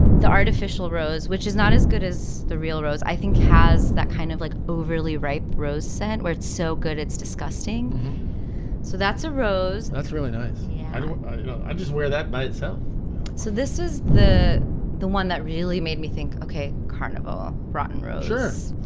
the artificial rose, which is not as good as the real rose, i think has that kind of like overly ripe rose scent where it's so good. it's disgusting so that's a rose. that's really nice. yeah you know, i just wear that by itself so this is the the one that really made me think, ok. carnival brotton roses.